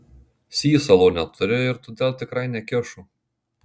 sysalo neturi ir todėl tikrai nekišo